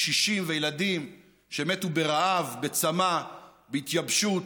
נשים, קשישים וילדים שמתו ברעב, בצמא, בהתייבשות,